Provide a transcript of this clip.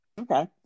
Okay